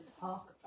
talk